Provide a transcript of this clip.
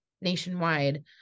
nationwide